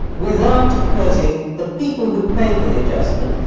without hurting the people who pay for the adjustment,